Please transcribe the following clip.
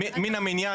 מן המניין.